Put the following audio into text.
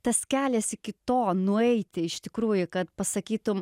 tas kelias iki to nueiti iš tikrųjų kad pasakytum